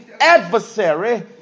adversary